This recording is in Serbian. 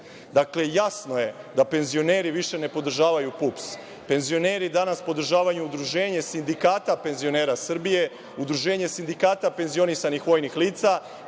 SNS.Dakle, jasno je da penzioneri više ne podržavaju PUPS. Penzioneri danas podržavaju Udruženje sindikata penzionera Srbije, Udruženje sindikata penzionisanih vojnih lica,